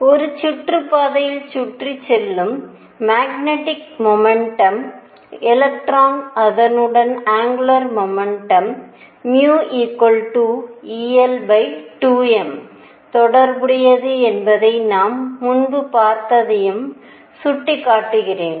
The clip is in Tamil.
ஒரு சுற்றுப்பாதையில் சுற்றிச் செல்லும் மேக்னெட்டிக் மொமெண்டின் எலக்ட்ரான் அதனுடன் ஆங்குலர் முமெண்டம் μ el2m தொடர்புடையது என்பதை நாம் முன்பு பார்த்ததையும் சுட்டிக்காட்டுகிறேன்